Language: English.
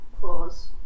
claws